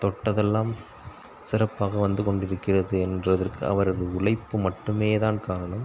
தொட்டதெல்லாம் சிறப்பாக வந்து கொண்டு இருக்கிறது என்பதற்கு அவரது உழைப்பு மட்டுமே தான் காரணம்